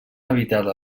habitada